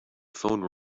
phone